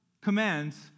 commands